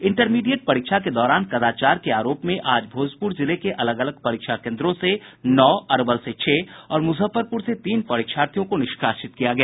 intermediate परीक्षा के दौरान कदाचार के आरोप में आज भोजपुर जिले के अलग अगल परीक्षा कोन्द्रों से नौ अरवल से छह और मुजफ्फरपुर से तीन परीक्षार्थियों को निष्कासित कर दिया गया